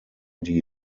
die